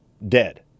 Dead